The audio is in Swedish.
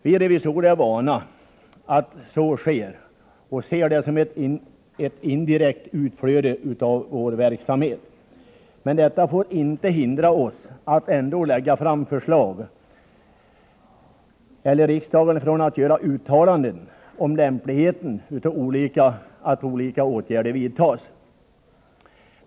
Vi revisorer är vana att så sker och ser det som ett indirekt utflöde av vår verksamhet. Men detta får inte hindra oss från att ändå lägga fram förslag eller riksdagen från att göra uttalanden om lämpligheten av att olika åtgärder vidtas.